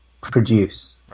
produce